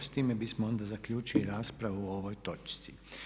Evo s time bismo onda zaključili raspravu o ovoj točci.